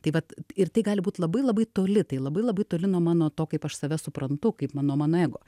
tai vat ir tai gali būt labai labai toli tai labai labai toli nuo mano to kaip aš save suprantu kaip mano mano ego